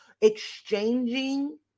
exchanging